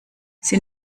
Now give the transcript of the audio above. sie